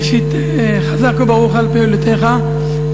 ראשית, חזק וברוך על פעולותיך.